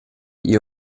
ihr